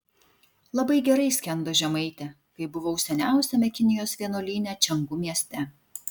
labai gerai skendo žemaitė kai buvau seniausiame kinijos vienuolyne čiangu mieste